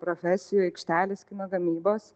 profesijų aikštelės kino gamybos